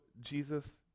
Jesus